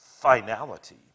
Finality